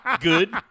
good